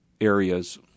areas